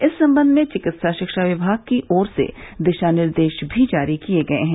इस सम्बन्ध में चिकित्सा शिक्षा विभाग की ओर से दिशा निर्देश भी जारी किये गये हैं